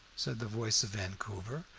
said the voice of vancouver,